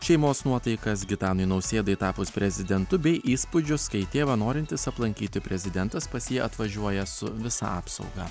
šeimos nuotaikas gitanui nausėdai tapus prezidentu bei įspūdžius kai tėvą norintis aplankyti prezidentas pas jį atvažiuoja su visa apsauga